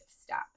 step